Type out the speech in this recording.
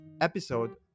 episode